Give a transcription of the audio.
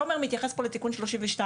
תומר מתייחס פה לתיקון 32,